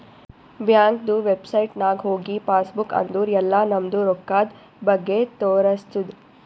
ಬ್ಯಾಂಕ್ದು ವೆಬ್ಸೈಟ್ ನಾಗ್ ಹೋಗಿ ಪಾಸ್ ಬುಕ್ ಅಂದುರ್ ಎಲ್ಲಾ ನಮ್ದು ರೊಕ್ಕಾದ್ ಬಗ್ಗೆ ತೋರಸ್ತುದ್